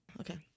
okay